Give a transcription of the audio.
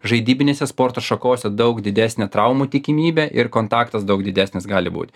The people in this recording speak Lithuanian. žaidybinėse sporto šakose daug didesnė traumų tikimybė ir kontaktas daug didesnis gali būt